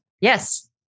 Yes